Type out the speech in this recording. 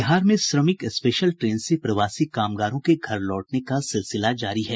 बिहार में Shramik special train से प्रवासी कामगारों के घर लौटने का सिलसिला जारी है